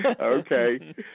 Okay